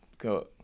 Got